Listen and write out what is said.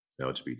LGBT